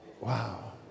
wow